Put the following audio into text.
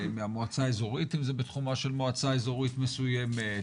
מהמועצה האזורית אם זה בתחומה של מועצה אזורית מסוימת?